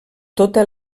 tota